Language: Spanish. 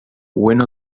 bueno